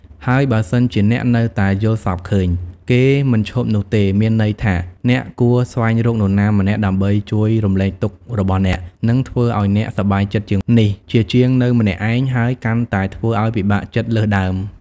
ហើយបើសិនជាអ្នក នៅតែយល់សប្តិឃើញ គេមិនឈប់ទេនោះ មានន័យថា អ្នកគួរស្វែងរកនរណាម្នាក់ ដើម្បីជួយរំលែកទុក្ខរបស់អ្នក និងធ្វើឲ្យអ្នកសប្បាយចិត្តជាងនេះ ជៀសជាងនៅម្នាក់ឯង ហើយកាន់តែធ្វើឲ្យពិបាកចិត្តលើសដើម។